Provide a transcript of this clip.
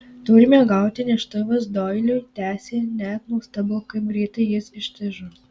turime gauti neštuvus doiliui tęsė net nuostabu kaip greitai jis ištižo